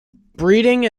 breeding